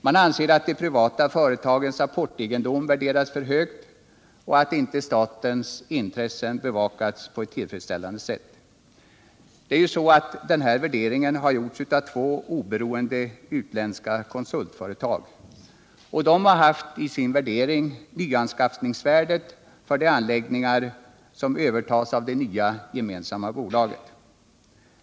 Man anser att de privata företagens apportegendom har värderats för högt och att statens intressen inte har bevakats på ett tillfredsställande sätt. Värderingen har utförts av två oberoende utländska konsultföretag. De har haft som utgångspunkt nyanskaffningsvärdet för de anläggningar som övertas av det nya gemensamma företaget.